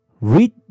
read